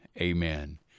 amen